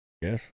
Yes